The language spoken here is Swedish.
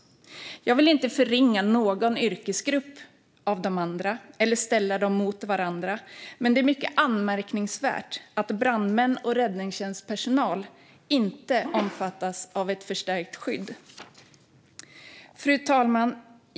Jag vill inte förringa någon av de andra yrkesgrupperna eller ställa dem mot varandra, men det är mycket anmärkningsvärt att brandmän och räddningstjänstpersonal inte omfattas av ett förstärkt skydd. Fru talman!